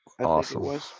Awesome